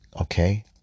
Okay